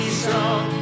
strong